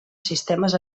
sistemes